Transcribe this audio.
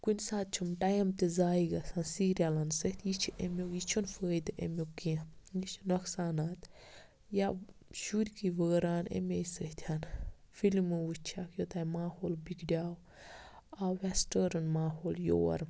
کُنہِ ساتہٕ چھُم ٹایم تہِ زایہِ گَژھان سیٖریَلَن سۭتۍ یہِ چھُ امیُک یہِ چھُنہٕ فٲیدٕ امیُک کینٛہہ یہِ چھ نۄقصانات یا شُرۍ گٔیہِ وٲران امے سۭتۍ فلمہٕ وٕچھان یوٚتانۍ ماحول بِگڈیو آو ویٚسٹرن ماحول یور